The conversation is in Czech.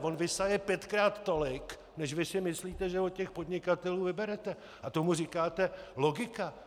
On vysaje pětkrát tolik, než vy si myslíte, že od těch podnikatelů vyberete, a tomu říkáte logika?